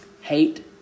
Hate